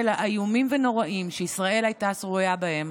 האיומים והנוראים שישראל הייתה שרויה בהם